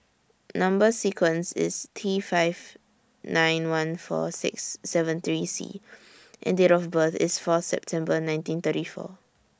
Number sequence IS T five nine one four six seven three C and Date of birth IS Fourth September nineteen thirty four